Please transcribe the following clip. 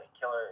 Killer